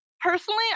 Personally